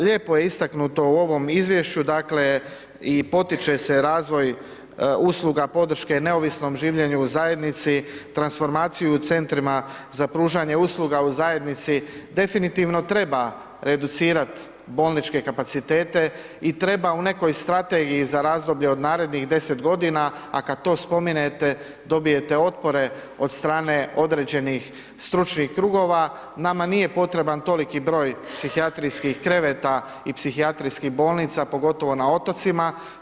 Lijepo je istaknuto u ovom izvješću, dakle i potiče se razvoj usluga podrške neovisnom življenju u zajednici, transformaciju u centrima za pružanje usluga u zajednici, definitivno treba reducirati bolničke kapacitete i treba u nekoj strategiji za razdoblje od narednih 10 godina, a kad to spomenete dobijete otpore od strane određenih stručnih krugova, nama nije potreban toliki broj psihijatrijskih kreveta i psihijatrijskih bolnica, pogotovo na otocima.